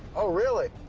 oh, really?